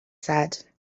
said